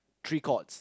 three chords